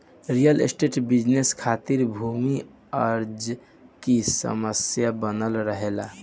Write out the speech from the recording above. real estate business खातिर भूमि अर्जन की समस्या बनल रहेला